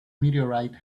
meteorite